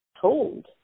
told